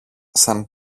σαν